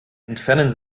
entfernen